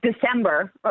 December